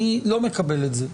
אני לא מקבל את זה,